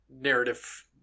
narrative